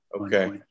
Okay